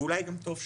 ואולי זה טוב ככה.